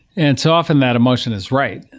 and so often that emotion is right.